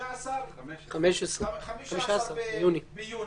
15 ביוני.